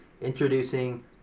introducing